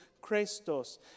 Christos